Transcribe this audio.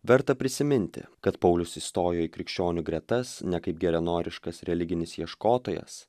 verta prisiminti kad paulius įstojo į krikščionių gretas ne kaip geranoriškas religinis ieškotojas